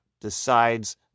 decides